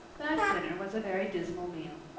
that dinner was a very dismal meal.